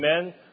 Amen